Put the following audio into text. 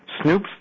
Snoops